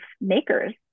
makers